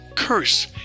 curse